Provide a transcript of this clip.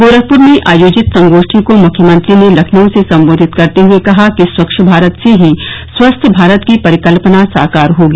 गोरखपुर में आयोजित संगोष्ठी को मुख्यमंत्री ने लखनऊ से सम्बोधित करते हये कहा कि स्वच्छ भारत से ही स्वस्थ्य भारत की परिकल्पना साकार हो सकेगी